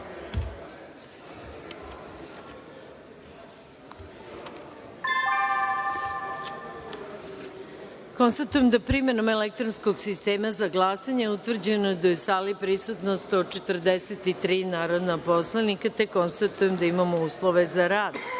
da je, primenom elektronskog sistema za glasanje, utvrđeno da je u sali prisutan 143 narodna poslanika, te konstatujem da imamo uslove za rad. Da